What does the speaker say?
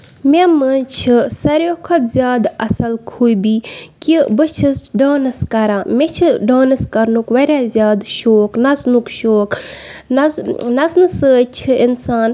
مےٚ منٛز چھِ ساروی کھۄتہٕ زیادٕ اصٕل خوٗبی کہِ بہٕ چھَس ڈانٕس کران مےٚ چھُ ڈانٕس کرنُک واریاہ زیادٕ شوق نژنُک شوق نژ نَژنہٕ سۭتۍ چھِ اِنسان